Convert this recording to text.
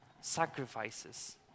sacrifices